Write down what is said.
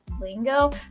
lingo